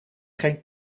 geen